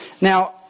Now